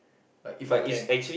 like If I can